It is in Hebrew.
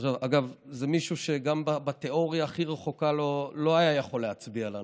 אגב זה מישהו שגם בתיאוריה הכי רחוקה לא היה יכול להצביע לנו,